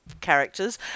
characters